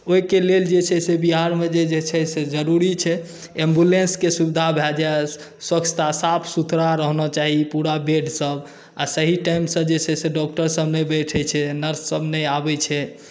ओहिके लेल जे छै से बिहारमे जे छै से जरूरी छै एम्बुलेन्सके सुविधा भए जाय स्वच्छता साफ सुथरा रहना चाही पूरा बेडसभ आ सही टाइमसँ जे छै से डॉक्टरसभ नहि बैठैत छै नर्ससभ नहि आबैत छै